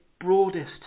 broadest